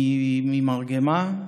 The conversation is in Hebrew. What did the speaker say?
ממרגמה,